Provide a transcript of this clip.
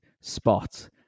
spot